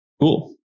Cool